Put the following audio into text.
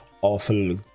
awful